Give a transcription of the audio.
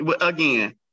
again